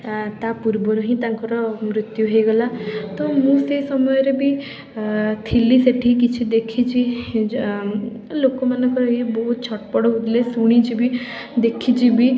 ଆଁ ତା' ପୂର୍ବରୁ ହିଁ ତାଙ୍କର ମୃତ୍ୟ ହେଇଗଲା ତ ମୁଁ ସେଇ ସମୟରେ ବି ଥିଲି ସେଇଠି କିଛି ଦେଖିଛି ଲୋକମାନଙ୍କ ବହୁତ ଛଟପଟ ହେଉଥିଲେ ଶୁଣିଛିବି ଦେଖିଛି ବି